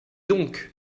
donc